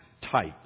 type